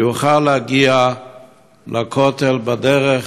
שיוכל להגיע לכותל בדרך